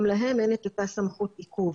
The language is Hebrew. גם להם אין את אותה סמכות עיכוב.